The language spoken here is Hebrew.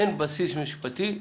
אין בסיס משפטי לאפליה.